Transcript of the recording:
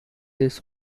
his